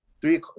Three